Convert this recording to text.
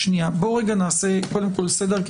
נעשה קודם כול סדר,